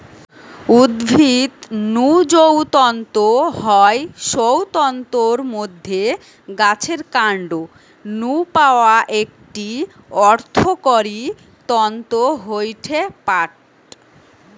উদ্ভিদ নু যৌ তন্তু হয় সৌ তন্তুর মধ্যে গাছের কান্ড নু পাওয়া একটি অর্থকরী তন্তু হয়ঠে পাট